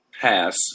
pass